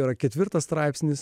yra ketvirtas straipsnis